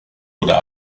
oder